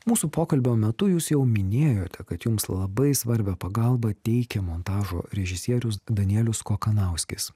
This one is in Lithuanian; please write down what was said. mūsų pokalbio metu jūs jau minėjote kad jums labai svarbią pagalbą teikė montažo režisierius danielius kokanauskis